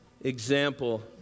example